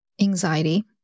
anxiety